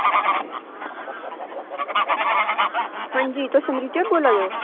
आं जी तुस स्मृति होर बोल्ला दे ओ